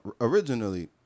originally